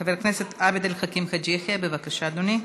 חבר הכנסת עבד אל חכים חאג' יחיא, בבקשה, אדוני.